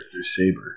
Saber